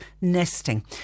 nesting